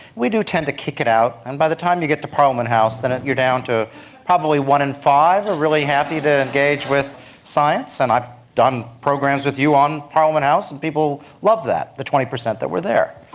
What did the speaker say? we do tend to kick it out, and by the time you get to parliament house then you are down to probably one in five are really happy to engage with science. and i've done programs with you on parliament house and people love that, the twenty percent that were there.